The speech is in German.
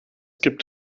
gibt